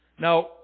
Now